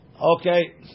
Okay